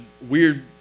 weird